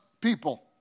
people